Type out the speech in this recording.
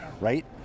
right